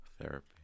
Therapy